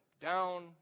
Down